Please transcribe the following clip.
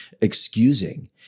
excusing